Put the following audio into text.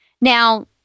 Now